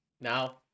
now